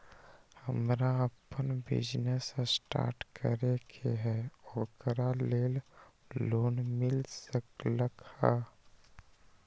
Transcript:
हमरा अपन business start करे के है ओकरा लेल लोन मिल सकलक ह?